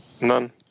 none